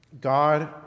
God